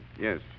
Yes